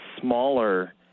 smaller